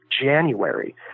January